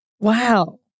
Wow